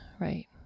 right